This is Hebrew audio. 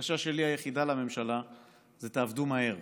הבקשה שלי היחידה לממשלה היא תעבדו מהר,